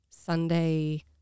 Sunday